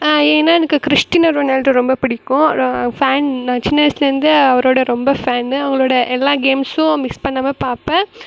ஏன்னால் எனக்கு Cristiano Ronaldo ரொம்ப பிடிக்கும் ரொ ஃபேன் நான் சின்ன வயசுலேருந்தே அவரோட ரொம்ப ஃபேனு அவரோட எல்லா கேம்ஸும் மிஸ் பண்ணாமல் பார்ப்பேன்